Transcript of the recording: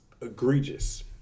egregious